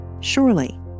Surely